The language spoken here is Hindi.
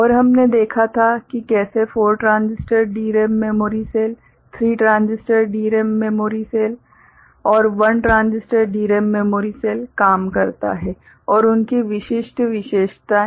और हमने देखा था कि कैसे 4 transistor DRAM memory cell 3 transistor memory DRAM memory cell और 1 ट्रांजिस्टर DRAM मेमोरी सेल काम करता है और उनकी विशिष्ट विशेषताएं